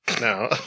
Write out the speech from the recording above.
No